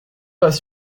pas